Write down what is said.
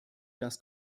dass